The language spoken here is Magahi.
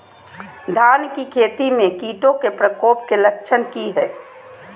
धान की खेती में कीटों के प्रकोप के लक्षण कि हैय?